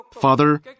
Father